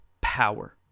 power